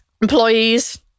employees